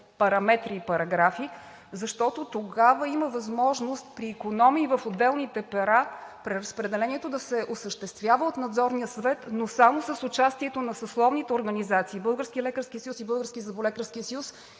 параметри и параграфи, защото тогава има възможност при икономии в отделните пера, преразпределението да се осъществява от Надзорния съвет, но само с участието на съсловните организации: Българският